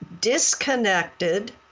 disconnected